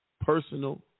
personal